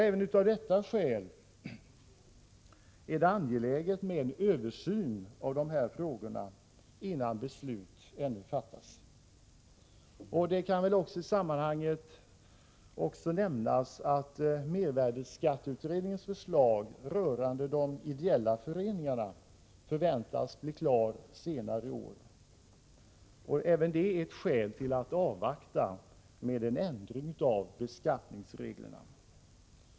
Även av detta skäl är det angeläget med en översyn av de här frågorna innan beslut fattas. Det kan i sammanhanget också nämnas att mervärdeskatteutredningens förslag rörande de ideella föreningarna förväntas bli klart senare i år. Även det är ett skäl till att avvakta med en ändring av beskattningsreglerna.